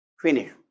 Finish